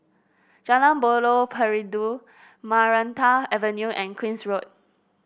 Jalan Buloh Perindu Maranta Avenue and Queen's Road